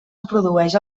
reprodueix